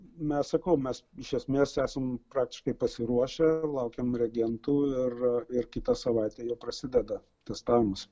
mes sakau mes iš esmės esam praktiškai pasiruošę laukiam reagentų ir ir kitą savaitę jau prasideda testavimas